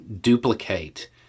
duplicate